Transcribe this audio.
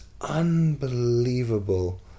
unbelievable